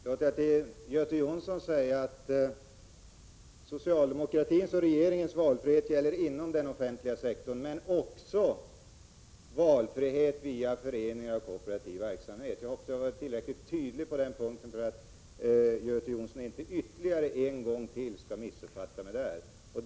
Herr talman! Jag vill till Göte Jonsson säga att socialdemokratins och regeringens valfrihet gäller inom den offentliga sektorn men också via föreningar och kooperativ verksamhet. Jag hoppas att jag var tillräckligt tydlig på den punkten, så att Göte Jonsson inte ytterligare en gång skall 7 missuppfatta mig.